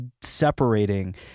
separating